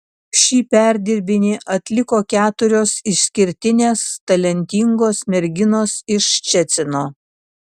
šį perdirbinį atliko keturios išskirtinės talentingos merginos iš ščecino